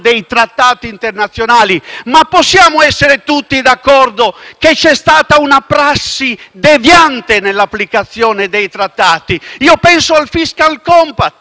che c'è stata una prassi deviante nell'applicazione dei trattati? Penso al *fiscal compact*, che abbiamo recepito nell'articolo 81 della Costituzione